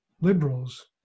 liberals